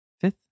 Fifth